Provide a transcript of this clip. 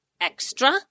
extra